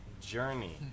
journey